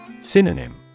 Synonym